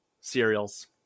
cereals